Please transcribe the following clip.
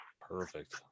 Perfect